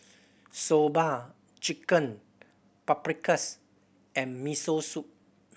Soba Chicken Paprikas and Miso Soup